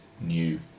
new